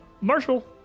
marshall